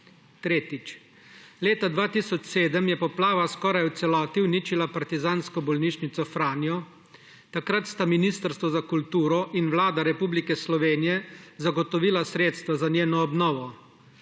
Tretjič. Leta 2007 je poplava skoraj v celoti uničila Partizansko bolnico Franja. Takrat sta Ministrstvo za kulturo in Vlada Republike Slovenije zagotovila sredstva za njeno obnovo.